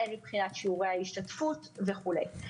הן מבחינת שיעורי ההשתתפות וכולי.